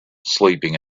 sleeping